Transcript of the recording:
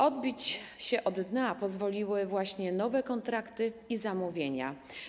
Odbić się od dna pozwoliły właśnie nowe kontrakty i zamówienia.